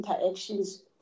interactions